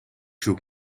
zoek